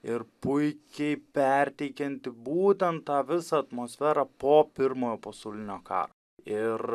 ir puikiai perteikianti būtent tą visą atmosferą po pirmojo pasaulinio karo ir